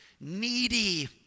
needy